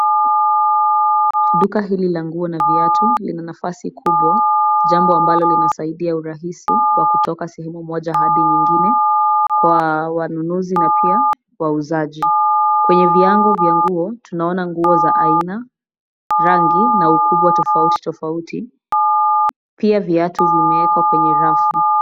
Duka hili la nguo na viatu, lenye nafasi kubwa , jambo ambalo linasaidia urahisi wa kutoka sehemu moja hadi nyingine, kwa wanunuzi na pia wauzaji. Kwenye viango vya nguo, tunaona nguo za aina, rangi na ukubwa tofauti tofauti. Pia viatu vimeekwa kwenye rafu.